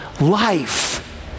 life